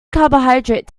carbohydrate